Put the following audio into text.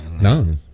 No